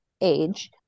age